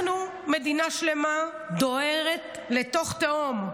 אנחנו, מדינה שלמה דוהרת לתוך תהום,